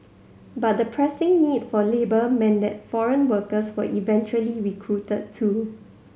but the pressing need for labour meant that foreign workers were eventually recruited too